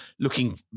looking